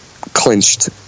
clinched